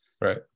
right